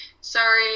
sorry –